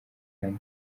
kandi